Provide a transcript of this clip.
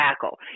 tackle